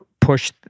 push